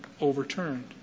overturned